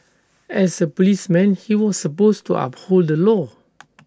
as A policeman he was supposed to uphold the law